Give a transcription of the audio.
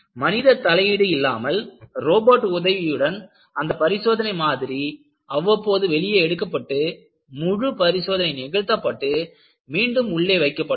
மனித தலையீடு இல்லாமல் ரோபட் உதவியுடன் அந்த பரிசோதனை மாதிரி அவ்வப்போது வெளியே எடுக்கப்பட்டு முழு பரிசோதனை நிகழ்த்தப்பட்டு மீண்டும் உள்ளே வைக்கப்படுகிறது